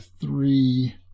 three